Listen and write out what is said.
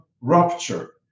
rupture